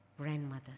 grandmothers